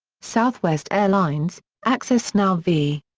southwest airlines access now v.